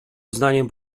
uznaniem